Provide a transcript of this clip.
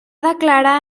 declarar